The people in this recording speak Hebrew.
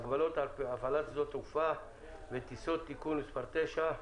(הגבלות על הפעלת שדות תעופה וטיסות) (תיקון מס' 10),